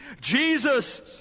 Jesus